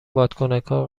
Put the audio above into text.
بادکنکا